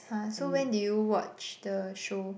[huh] so when did you watch the show